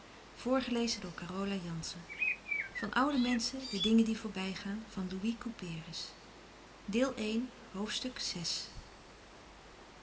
van oude menschen de dingen die voorbij gaan ste deel van